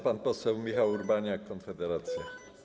Pan poseł Michał Urbaniak, Konfederacja.